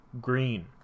green